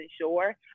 sure